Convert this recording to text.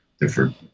different